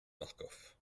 marcof